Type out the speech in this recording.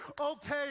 okay